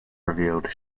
revealed